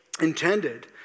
intended